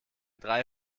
drei